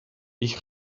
ich